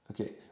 Okay